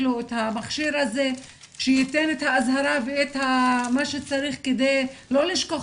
להתקין את המכשיר הזה שייתן אזהרה ומה שצריך כדי לא לשכוח